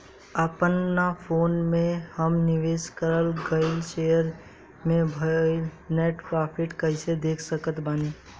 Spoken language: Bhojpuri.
अपना फोन मे हम निवेश कराल गएल शेयर मे भएल नेट प्रॉफ़िट कइसे देख सकत बानी?